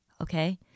Okay